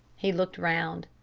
he looked round.